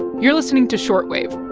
you're listening to short wave.